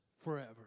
forever